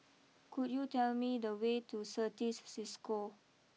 could you tell me the way to Certis Cisco